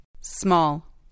Small